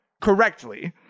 Correctly